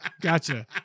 Gotcha